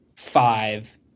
five